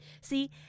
See